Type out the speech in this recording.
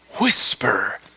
whisper